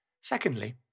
Secondly